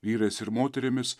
vyrais ir moterimis